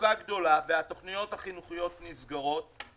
המצוקה גדולה והתוכניות החינוכיות נסגרות.